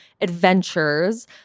adventures